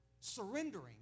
surrendering